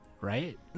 right